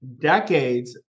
decades